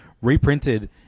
reprinted